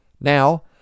Now